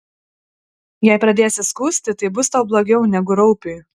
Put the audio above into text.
jei pradėsi skųsti tai bus tau blogiau negu raupiui